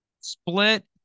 split